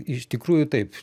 iš tikrųjų taip